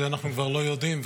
את זה אנחנו כבר לא יודעים,